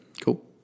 cool